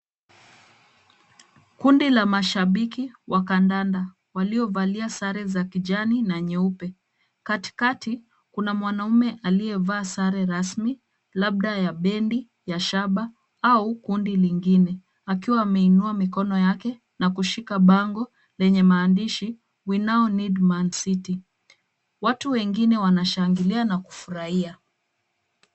Kundi la mashabiki wa kandanda waliovalia sare za kijani na nyeupe. Katikati Kuna mwanaume aliyevaa sare rasmi labda ya bendi, ya shaba au kundi lingine. Akiwa ameinua mikono yake na kushika bango lenye maandishi, We Now Need ManCity .Watu wengine wanashangilia na kufurahia.